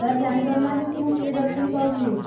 sir ଜାଣି ପାରୁନାହାଁନ୍ତି କି ମୁଁ ପ୍ରିୟଦର୍ଶିନୀ କହୁଛି